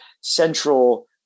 central